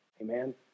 Amen